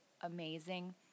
amazing